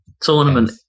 tournament